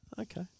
Okay